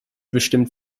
bestimmt